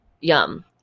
Yum